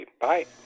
Bye